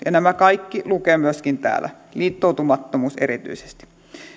nämä kaikki lukevat myöskin täällä liittoutumattomuus erityisesti